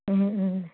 ও ও